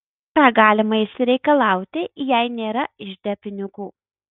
ką galima išsireikalauti jei nėra ižde pinigų